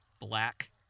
Black